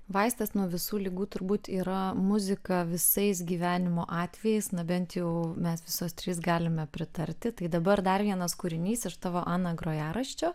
vaistas nuo visų ligų turbūt yra muzika visais gyvenimo atvejais na bent jau mes visos trys galime pritarti tai dabar dar vienas kūrinys iš tavo ana grojaraščio